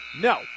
No